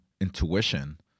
intuition